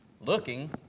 looking